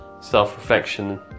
self-reflection